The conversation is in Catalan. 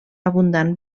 abundant